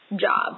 job